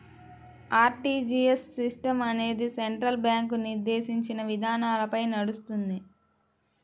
RTGS system అనేది central bank నిర్దేశించిన విధానాలపై నడుస్తుంది